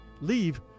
leave